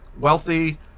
wealthy